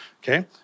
Okay